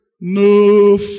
No